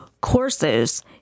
courses